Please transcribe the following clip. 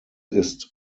ist